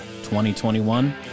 2021